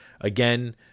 again